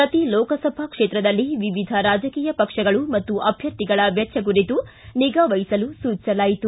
ಪ್ರತಿ ಲೋಕಸಭಾ ಕ್ಷೇತ್ರದಲ್ಲಿ ವಿವಿಧ ರಾಜಕೀಯ ಪಕ್ಷಗಳು ಮತ್ತು ಅಭ್ಯರ್ಥಿಗಳ ವೆಚ್ಚ ಕುರಿತು ನಿಗಾ ವಹಿಸಲು ಸೂಚಿಸಲಾಯಿತು